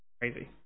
crazy